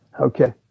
Okay